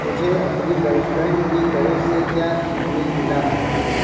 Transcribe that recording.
مجھے اپنی girlfriend کی طرف سے کیا ای میل ملا ہے